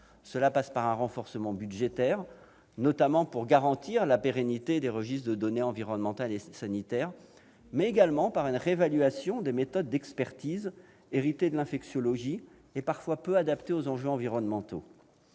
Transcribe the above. Cela passe par un renforcement budgétaire, notamment pour garantir la pérennité de registres de données environnementales et sanitaires, mais également par une réévaluation des méthodes d'expertise héritées de l'infectiologie et, parfois, peu adaptées aux enjeux environnementaux.